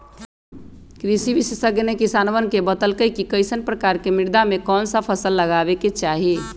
कृषि विशेषज्ञ ने किसानवन के बतल कई कि कईसन प्रकार के मृदा में कौन सा फसल लगावे के चाहि